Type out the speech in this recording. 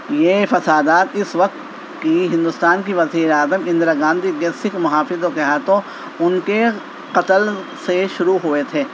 یہ فسادات اس وقت کی ہندوستان کی وزیر اعظم اندرا گاندھی کے سکھ محافظوں کے ہاتھوں ان کے قتل سے شروع ہوئے تھے